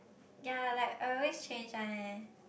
yea like I always change one leh